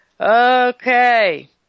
okay